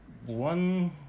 one